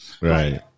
Right